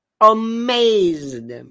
amazed